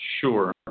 Sure